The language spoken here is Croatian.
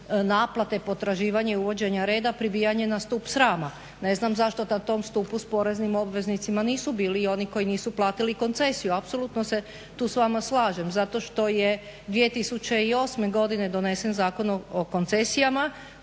naplate potraživanja i uvođenja reda pribijanje na stup srama. Ne znam zašto na tom stupu s poreznim obveznicima nisu bili i oni koji nisu platili koncesiju, apsolutno se tu s vama slažem. Zato što je 2008. godine donesen Zakon o koncesijama